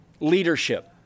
leadership